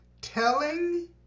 telling